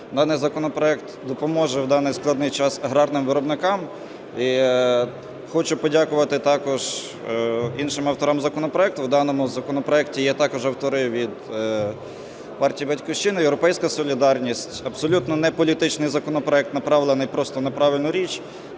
Даний законопроект допоможе в даний складний час аграрним виробникам. І хочу подякувати також іншим авторам законопроекту, в даному законопроекті є також автори від партії "Батьківщина", "Європейська солідарність". Абсолютно неполітичний законопроект, направлений просто на правильну річ.